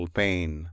pain